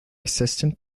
assistance